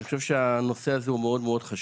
אני חושב שהנושא הזה הוא מאוד חשוב